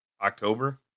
October